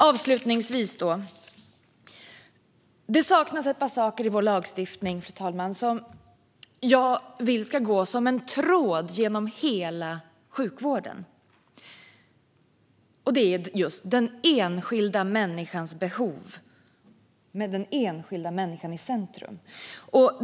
Avslutningsvis, fru talman: Det saknas någonting i vår lagstiftning som jag vill ska gå som en tråd genom hela sjukvården, och det är just den enskilda människans behov med den enskilda människan i centrum.